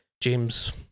James